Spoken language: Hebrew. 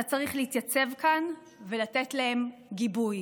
אתה צריך להתייצב כאן ולתת להם גיבוי